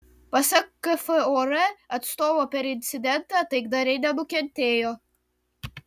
pasak kfor atstovo per incidentą taikdariai nenukentėjo